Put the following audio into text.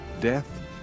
Death